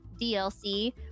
DLC